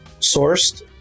sourced